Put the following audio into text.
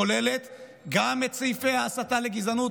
כוללת גם את סעיפי ההסתה לגזענות,